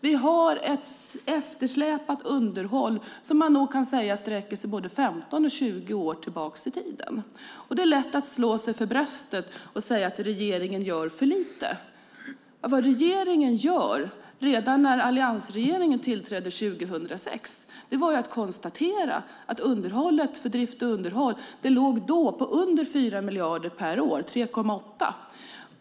Vi har ett eftersläpat underhåll, som man nog kan säga sträcker sig både 15 och 20 år tillbaka i tiden. Det är lätt slå sig för bröstet och säga att regeringen gör för lite. Vad regeringen gjorde redan när alliansregeringen tillträdde år 2006 var att konstatera att anslaget för drift och underhåll då låg på under 4 miljarder per år, 3,8.